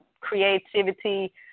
creativity